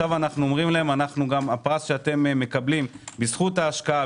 אנחנו אומרים להם: הפרס שאתם מקבלים בזכות ההשקעה,